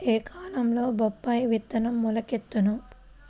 ఏ కాలంలో బొప్పాయి విత్తనం మొలకెత్తును?